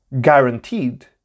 guaranteed